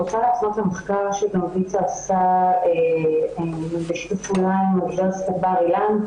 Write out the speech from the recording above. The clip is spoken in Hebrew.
ישנו מחקר שויצ"ו עשתה בשיתוף פעולה עם אוניברסיטת בר אילן,